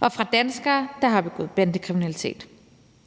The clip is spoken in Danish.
og fra danskere, der har begået bandekriminalitet.